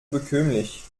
bekömmlich